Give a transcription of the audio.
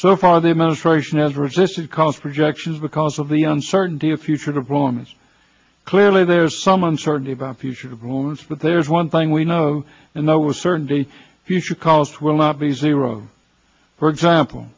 so far the administration has resisted calls projections because of the uncertainty of future deployments clearly there's some uncertainty about future broun's but there's one thing we know and that was certain the future cost will not be zero for example